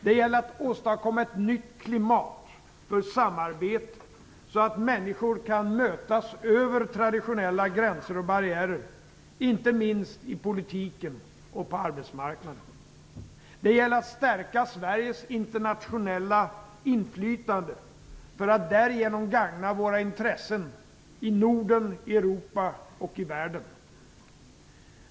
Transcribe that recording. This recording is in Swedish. Det gäller att åstadkomma ett nytt klimat för samarbete så att människor kan mötas över traditionella gränser och barriärer, inte minst i politiken och på arbetsmarknaden. Det gäller att stärka Sveriges internationella inflytande för att därigenom gagna våra intressen i Norden, i Europa och i världen.